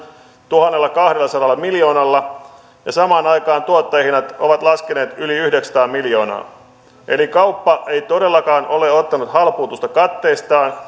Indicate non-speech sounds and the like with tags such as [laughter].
tuhannellakahdellasadalla miljoonalla ja samaan aikaan tuottajahinnat ovat laskeneet yli yhdeksänsataa miljoonaa eli kauppa ei todellakaan ole ottanut halpuutusta katteestaan [unintelligible]